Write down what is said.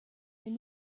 den